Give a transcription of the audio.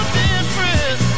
different